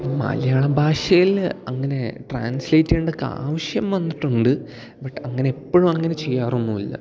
മലയാള ഭാഷയില് അങ്ങനെ ട്രാൻസിലേറ്റ് ചെയ്യേണ്ട ക ആവശ്യം വന്നിട്ടുണ്ട് ബട്ട് അങ്ങനെ എപ്പഴും അങ്ങനെ ചെയ്യാറൊന്നും ഇല്ല